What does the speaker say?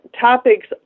topics